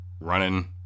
running